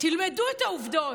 תלמדו את העובדות.